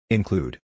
Include